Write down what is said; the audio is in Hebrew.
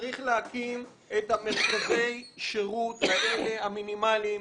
צריך להקים את מרכזי השירות האלה המינימליים.